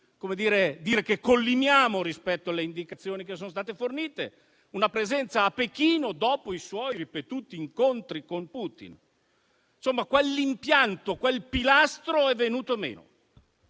credo che collimiamo rispetto alle indicazioni che sono state fornite: una presenza a Pechino dopo i suoi ripetuti incontri con Putin. Insomma, quell'impianto, quel pilastro, è venuto meno.